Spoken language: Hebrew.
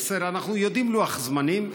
אנחנו יודעים את לוח הזמנים,